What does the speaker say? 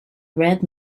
red